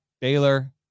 Baylor